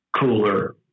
cooler